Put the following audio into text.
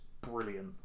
brilliant